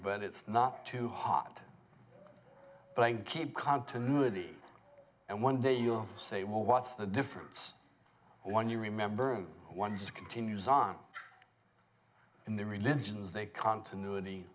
but it's not too hot but i can't continuity and one day you'll say whoa what's the difference when you remember i'm one just continues on in the religions they continuity